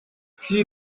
she